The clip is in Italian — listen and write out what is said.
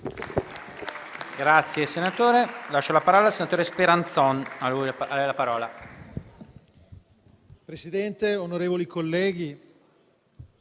Presidente, onorevoli colleghi,